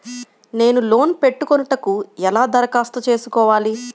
నేను లోన్ పెట్టుకొనుటకు ఎలా దరఖాస్తు చేసుకోవాలి?